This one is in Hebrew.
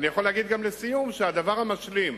לסיום, הדבר המשלים,